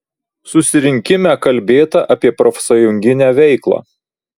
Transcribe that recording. susirinkime kalbėta apie profsąjunginę veiklą